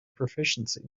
proficiency